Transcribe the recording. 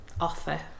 offer